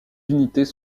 unités